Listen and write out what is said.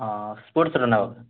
ହଁ ସ୍ପୋଟ୍ସ୍ର ନେବ